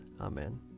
Amen